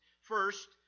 First